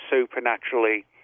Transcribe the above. supernaturally